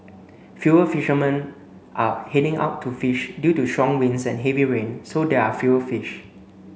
fewer fishermen are heading out to fish due to strong winds and heavy rain so there are fewer fish